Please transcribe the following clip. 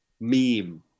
meme